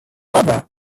barbara